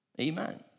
Amen